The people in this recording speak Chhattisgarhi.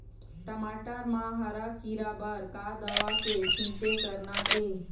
टमाटर म हरा किरा बर का दवा के छींचे करना ये?